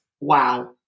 wow